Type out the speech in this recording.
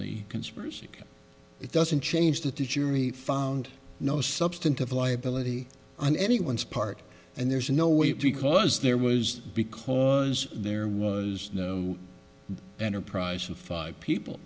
the conspiracy it doesn't change that the jury found no substantive liability on anyone's part and there's no way because there was because there was no enterprise of five people